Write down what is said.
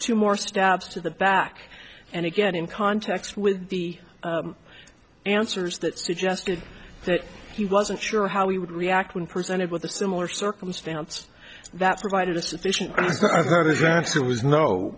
two more stabs to the back and again in context with the answers that suggested that he wasn't sure how he would react when presented with a similar circumstance that provided a sufficient answer was no